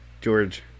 George